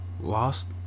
lost